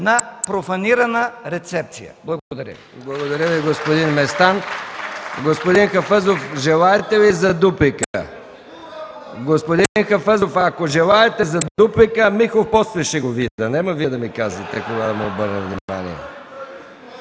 на профанирана рецепция.